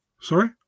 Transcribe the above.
Sorry